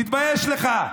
תתבייש לך,